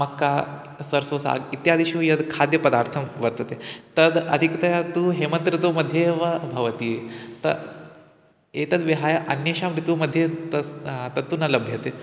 मक्का सर्सोसाग् इत्यादिषु यद् खाद्यपदार्थाः वर्तन्ते तद् अधिकतया तु हेमन्तर्तुमध्ये एव भवति त एतद्विहाय अन्येषां ऋतुमध्ये तस्य तत्तु न लभ्यते